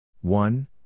One